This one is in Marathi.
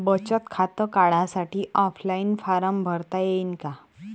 बचत खातं काढासाठी ऑफलाईन फारम भरता येईन का?